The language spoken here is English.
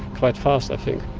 quite fast, i think.